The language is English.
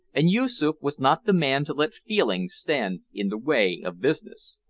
and yoosoof was not the man to let feelings stand in the way of business.